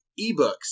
eBooks